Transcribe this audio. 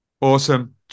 awesome